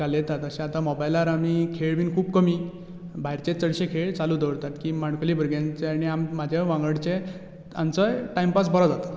घालयतात अशें आता मोबायलार आमी खेळ बीन खूब कमी भायरचे चडशे खेळ चालू दवरतात की माणकुलीं भुरग्यांचे आनी आमी म्हाज्या वांगडचे तांचेय टायमपास बरो जाता